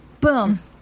Boom